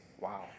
Wow